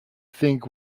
think